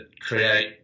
create